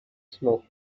smoke